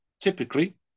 typically